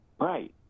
Right